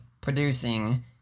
producing